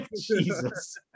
Jesus